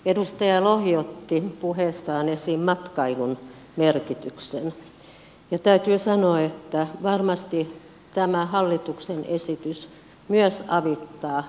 edustaja lohi otti puheessaan esiin matkailun merkityksen ja täytyy sanoa että varmasti tämä hallituksen esitys myös avittaa matkailuyrittäjiä